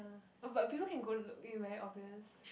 ya but people can go look in very obvious